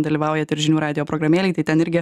dalyvaujat ir žinių radijo programėlėj tai ten irgi